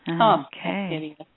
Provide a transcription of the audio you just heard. Okay